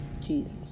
Jesus